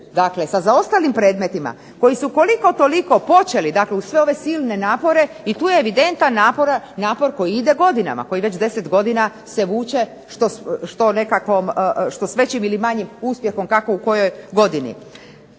muče sa zaostalim predmetima koji su koliko toliko počeli, dakle uz sve ove silne napore i tu je evidentan napor koji ide godinama, koji već 10 godina se vuče što s većim ili manjim uspjehom kako u kojoj godini.